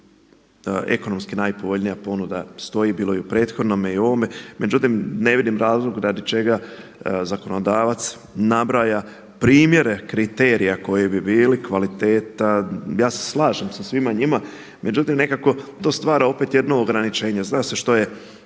Ekonomski najpovoljnija ponuda stoji. Bilo je i u prethodnome i u ovome, međutim ne vidim razlog radi čega zakonodavac nabraja primjere kriterija koji bi bili, kvaliteta. Ja se slažem sa svima njima. Međutim, nekako to stvara opet jedno ograničenje, zna se što je